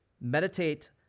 Meditate